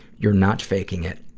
you're not faking it.